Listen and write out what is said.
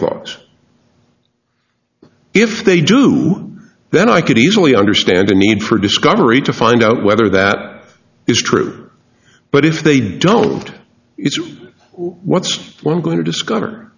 cogs if they do then i could easily understand the need for discovery to find out whether that is true but if they don't what's what i'm going to discover